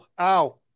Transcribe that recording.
Ow